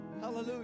Hallelujah